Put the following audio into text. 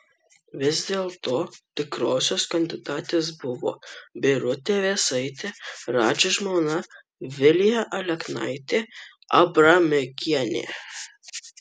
vis dėlto tikrosios kandidatės buvo birutė vėsaitė radži žmona vilija aleknaitė abramikienė